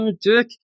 dick